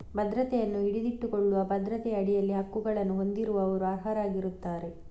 ಭದ್ರತೆಯನ್ನು ಹಿಡಿದಿಟ್ಟುಕೊಳ್ಳುವ ಭದ್ರತೆಯ ಅಡಿಯಲ್ಲಿ ಹಕ್ಕುಗಳನ್ನು ಹೊಂದಿರುವವರು ಅರ್ಹರಾಗಿರುತ್ತಾರೆ